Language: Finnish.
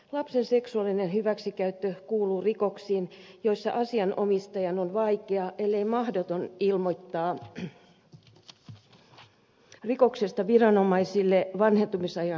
lapsen seksuaalinen hyväksikäyttö kuuluu rikoksiin joissa asianomistajan on vaikeaa ellei mahdotonta ilmoittaa rikoksesta viranomaisille vanhentumisajan kuluessa